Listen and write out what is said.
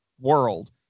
world